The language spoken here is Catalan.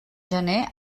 gener